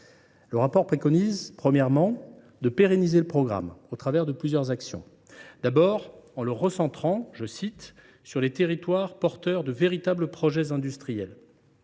Le rapport préconise premièrement de pérenniser le programme au travers de plusieurs actions. D’abord, il serait recentré sur les « territoires porteurs de véritables projets industriels